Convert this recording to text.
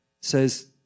says